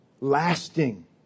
lasting